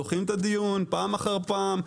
דוחים את הדיון פעם אחר פעם,